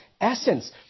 essence